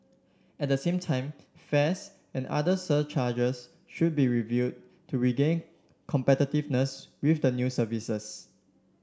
at the same time fares and other surcharges should be reviewed to regain competitiveness with the new services